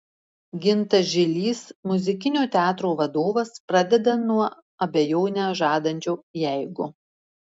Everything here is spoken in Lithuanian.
gintas žilys muzikinio teatro vadovas pradeda nuo abejonę žadančio jeigu